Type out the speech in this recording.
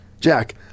Jack